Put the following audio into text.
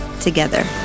together